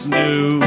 new